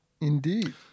Indeed